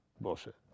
bullshit